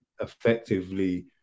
effectively